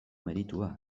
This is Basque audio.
meritua